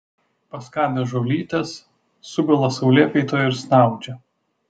paskabę žolytės sugula saulėkaitoje ir snaudžia